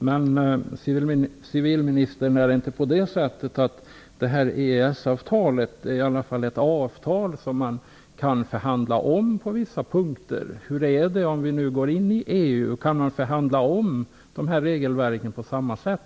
Fru talman! Är det inte på det sättet, civilministern, att EES-avtalet i alla fall är ett avtal som man kan förhandla om på vissa punkter? Hur blir det om vi går in i EU? Kan man då förhandla om de här regelverken på samma sätt?